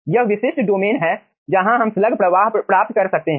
यह विशिष्ट डोमेन है जहाँ हम स्लग प्रवाह प्राप्त कर सकते हैं